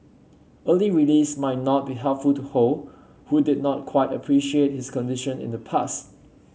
early release might not be helpful to Ho who did not quite appreciate his condition in the past